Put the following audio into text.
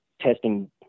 testing